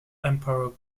emperor